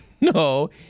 no